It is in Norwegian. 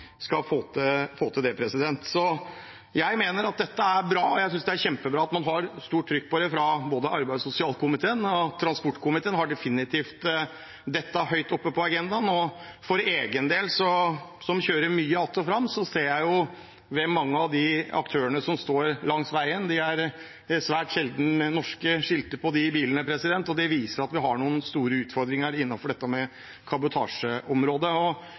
få til det. Jeg mener at dette er bra. Jeg synes det er kjempebra at man har stort trykk på det fra arbeids- og sosialkomiteen, og transportkomiteen har definitivt dette høyt oppe på agendaen. For egen del, som kjører mye att og fram, ser jeg på mange av de aktørene som står langs veien, at det er svært sjelden norske skilter på bilene. Det viser at vi har noen store utfordringer innenfor kabotasjeområdet. Den kampen vil jeg i hvert fall fortsette å være med